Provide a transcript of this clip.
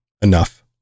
enough